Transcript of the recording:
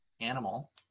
animal